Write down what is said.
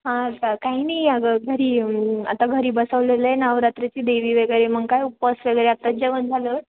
हां का काही नाही अगं घरी आता घरी बसवलेलं आहे नवरात्रीची देवी वगैरे मग काय उपवास वगैरे आत्ताच जेवण झालं